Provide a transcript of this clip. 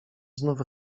znów